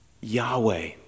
Yahweh